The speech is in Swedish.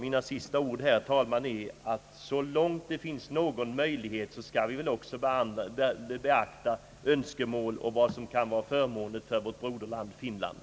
Mina sista ord, herr talman, är att så långt det finns någon möjlighet skall vi också beakta vad som kan vara förmånligt för vårt broderland Finland.